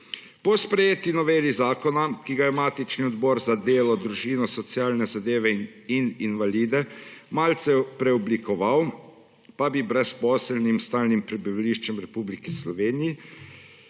Po sprejeti noveli zakona, ki ga je matični Odbor za delo, družino, socialne zadeve in invalide malce preoblikoval, pa se brezposelnim s stalnim prebivališčem v Republiki Sloveniji,